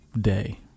day